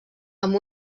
amb